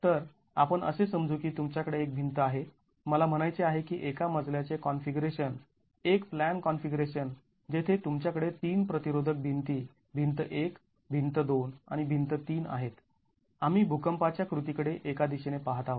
तर आपण असे समजू की तुमच्याकडे एक भिंत आहे मला म्हणायचे आहे की एका मजल्याचे कॉन्फिगरेशन एक प्लॅन कॉन्फिगरेशन जेथे तुमच्याकडे तीन प्रतिरोधक भिंती भिंत १ भिंत २ आणि भिंत ३ आहेत आम्ही भुकंपाच्या कृती कडे एका दिशेने पाहत आहोत